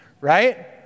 right